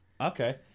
Okay